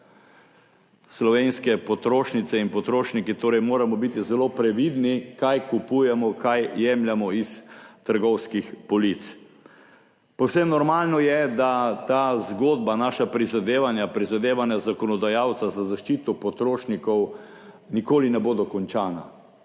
Slovenske potrošnice in potrošniki torej moramo biti zelo previdni, kaj kupujemo, kaj jemljemo s trgovskih polic. Povsem normalno je, da ta zgodba, naša prizadevanja, prizadevanja zakonodajalca za zaščito potrošnikov nikoli ne bodo končana